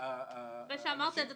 - אחרי שאמרת את זה,